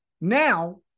Now